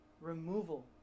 removal